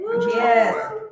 Yes